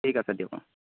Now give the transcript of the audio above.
ঠিক আছে দিয়ক অঁ